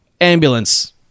Ambulance